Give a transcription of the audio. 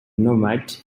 nomad